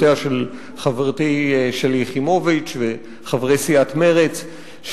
של חברתי שלי יחימוביץ וחברי סיעת מרצ,